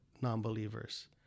non-believers